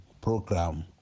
program